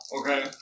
Okay